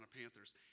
Panthers